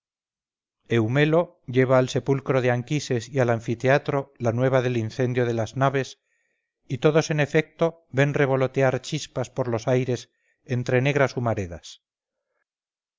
eumelo lleva al sepulcro de anquises y al anfiteatro la nueva del incendio de las naves y todos en efecto ven revolotear chispas por los aires entre negras humaredas